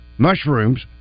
Mushrooms